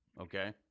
Okay